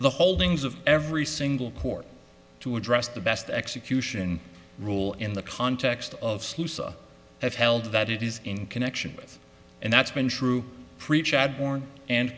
the holdings of every single court to address the best execution rule in the context of have held that it is in connection with and that's been true